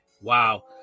Wow